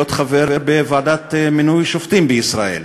להיות חבר בוועדה לבחירת שופטים בישראל.